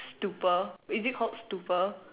stupor is it called stupor